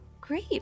Great